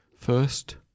First